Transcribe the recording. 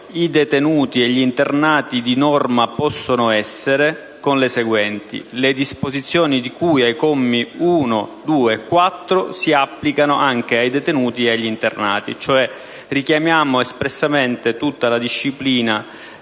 «I detenuti e gli internati di norma possono essere» con le seguenti: «Le disposizioni di cui ai commi 1, 2 e 4 si applicano anche ai detenuti e agli internati». Richiamiamo cioè espressamente tutta la disciplina